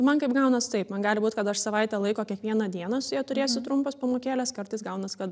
man kaip gaunas taip man gali būt kad aš savaitę laiko kiekvieną dieną su ja turėsiu trumpas pamokėles kartais gaunas kad